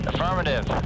Affirmative